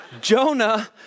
Jonah